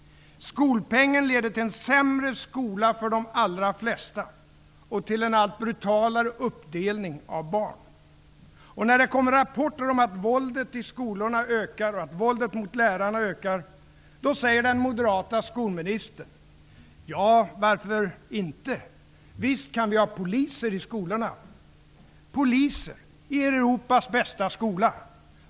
Skolpengen leder till en sämre skola för de allra flesta och till en allt brutalare uppdelning av barn. När det kommer rapporter om att våldet i skolorna och mot lärarna ökar, då säger den moderata skolministern: ''Ja, varför inte -- visst kan vi ha poliser i skolorna.'' Poliser? I Europas bästa skola!